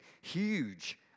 huge